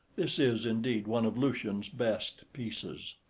this is, indeed, one of lucian's best pieces.